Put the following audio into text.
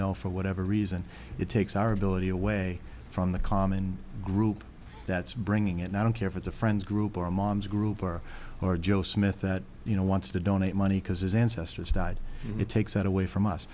no for whatever reason it takes our ability away from the common group that's bringing it now i don't care if it's a friend's group or a mom's group or or joe smith that you know wants to donate money because his ancestors died it takes it away from us